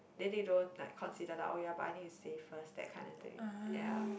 then they don't like consider like oh ya but I need to save first that kind of thing